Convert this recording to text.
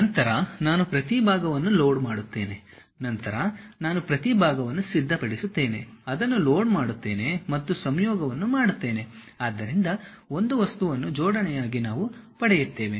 ನಂತರ ನಾನು ಪ್ರತಿ ಭಾಗವನ್ನು ಲೋಡ್ ಮಾಡುತ್ತೇನೆ ನಂತರ ನಾನು ಪ್ರತಿ ಭಾಗವನ್ನು ಸಿದ್ಧಪಡಿಸುತ್ತೇನೆ ಅದನ್ನು ಲೋಡ್ ಮಾಡುತ್ತೇನೆ ಮತ್ತು ಸಂಯೋಗವನ್ನು ಮಾಡುತ್ತೇನೆ ಆದ್ದರಿಂದ ಒಂದು ವಸ್ತುವನ್ನು ಜೋಡಣೆಯಾಗಿ ನಾವು ಪಡೆಯುತ್ತೇವೆ